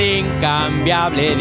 incambiable